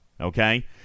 Okay